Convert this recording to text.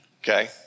Okay